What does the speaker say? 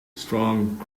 strong